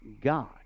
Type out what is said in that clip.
God